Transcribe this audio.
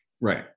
right